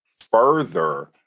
further